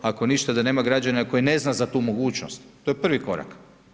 Ali ništa, da nema građana koji ne zna za tu mogućnost to je prvi korak.